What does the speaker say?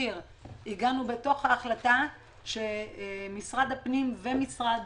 הגענו בתוך ההחלטה לכך שמשרד הפנים ומשרד